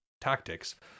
tactics